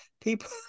people